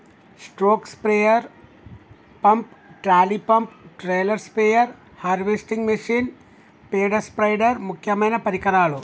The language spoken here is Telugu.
stroke sprayer pump, trolley pump, trailer spare, harvesting machine, పేడ స్పైడర్ ముక్యమైన పరికరాలు